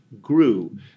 grew